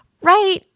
right